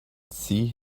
see